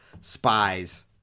spies